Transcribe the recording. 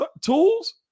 tools